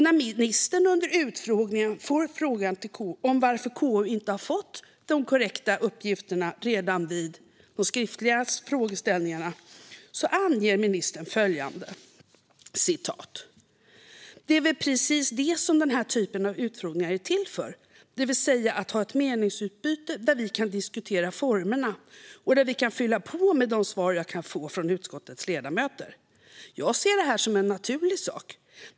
När ministern under utfrågningen fick frågan om varför KU inte fått korrekta svar på sina skriftliga frågor angav ministern följande: Det är väl precis det som den här typen av utfrågningar är till för, det vill säga att ha ett meningsutbyte där vi kan diskutera formerna och där vi kan fylla på med de svar som jag kan få från utskottets ledamöter. Jag ser det här som en naturlig sak.